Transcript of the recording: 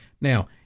Now